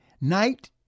night